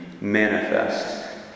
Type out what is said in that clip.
manifest